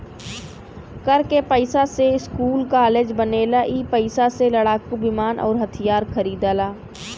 कर के पइसा से स्कूल कालेज बनेला ई पइसा से लड़ाकू विमान अउर हथिआर खरिदाला